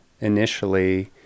initially